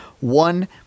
One